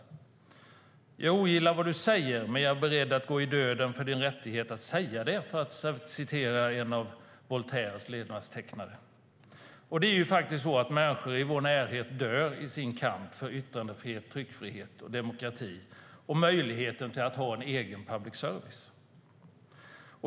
Jag ogillar vad du säger, men jag är beredd att gå i döden för din rättighet att säga det, sa en av Voltaires levnadstecknare. Det är faktiskt så att människor i vår närhet dör i sin kamp för yttrandefrihet, tryckfrihet och demokrati och möjligheten att ha en egen public service.